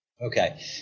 Okay